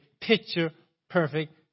picture-perfect